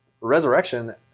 resurrection